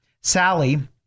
Sally